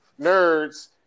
nerds